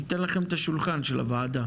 ניתן לכם את השולחן של הועדה.